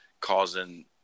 causing